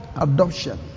adoption